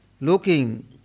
looking